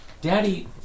Daddy